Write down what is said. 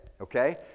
okay